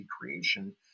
creation